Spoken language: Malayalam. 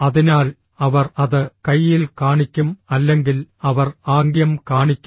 അതിനാൽ അവർ അത് കയ്യിൽ കാണിക്കും അല്ലെങ്കിൽ അവർ ആംഗ്യം കാണിക്കും